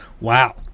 Wow